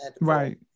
Right